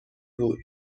بود